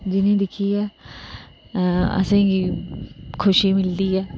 जिनेंगी दिक्खियै असेंगी खुशी मिलदी ऐ